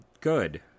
good